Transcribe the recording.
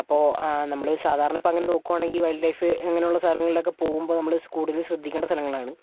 അപ്പോൾ നമ്മൾ സാധാരണ അങ്ങനെ നോക്കുകയാണെങ്കിൽ വൈൽഡ് ലൈഫ് അങ്ങനെയുള്ള സ്ഥലങ്ങളിൽ ഒക്കെ പോകുമ്പോൾ നമ്മള് കൂടുതലും ശ്രദ്ധിക്കേണ്ട സ്ഥലങ്ങളാണ്